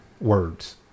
words